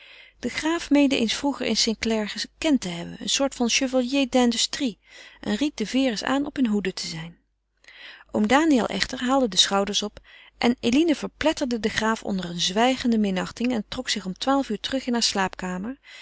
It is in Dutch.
de graaf meende eens vroeger een st clare gekend te hebben een soort van chevalier d'industrie en ried de vere's aan op hunne hoede te zijn oom daniël echter haalde de schouders op en eline verpletterde den graaf onder een zwijgende minachting en trok zich om twaalf uur terug in hare slaapkamer